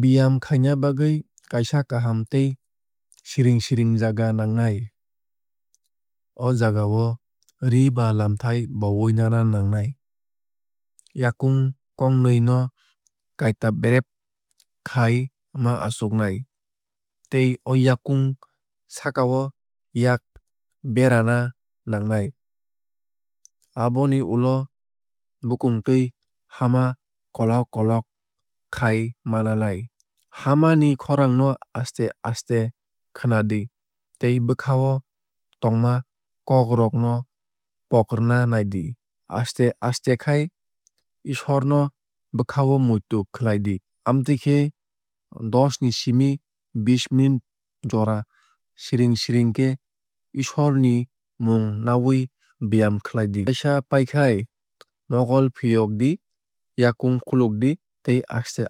Beyam khaina bwgwui kaisa kaham tei siring siring jaga nangnai. O jagao ree ba lamthai bowui nana nangnai. Yakung kongnwui no kaita bereb khai ma achuknai tei o yakung sakao yak berana nangnai. Aboni ulo bukungtwui hama kolok kolok khai ma nanai. Hama ni khorang no aste aste khwnadi tei bwkhao tongma kok rok no pogrwna naidi. Aste aste khai ishwar no bwkhao muitu khlai di. Amtwui khe dosh ni simi bish minute jora siring siring khe ishwar ni mung nawui beyam khlai di. Waisa paikhai mokol fiyokdi yakung khulokdi tei